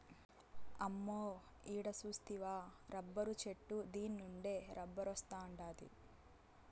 అమ్మో ఈడ సూస్తివా రబ్బరు చెట్టు దీన్నుండే రబ్బరొస్తాండాది